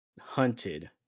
hunted